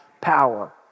power